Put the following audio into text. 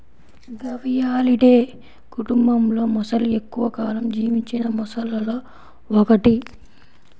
గవియాలిడే కుటుంబంలోమొసలి ఎక్కువ కాలం జీవించిన మొసళ్లలో ఒకటి